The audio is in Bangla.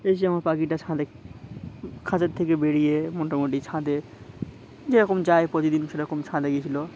এসে আমার পাখিটা ছাদে খাঁচার থেকে বেরিয়ে মোটামুটি ছাদে যেরকম যায় প্রতিদিন সেরকম ছাদে গিয়েছিলো